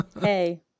Hey